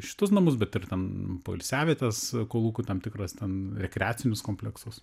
šitus namus bet ir ten poilsiavietes kolūkių tam tikras ten rekreacinius kompleksus